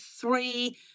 three